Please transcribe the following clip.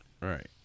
Right